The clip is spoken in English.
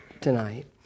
tonight